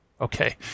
okay